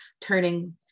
turning